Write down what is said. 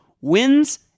Wins